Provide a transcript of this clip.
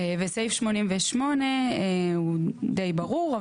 סעיף 88 הוא די ברור,